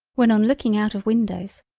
when on looking out of windows,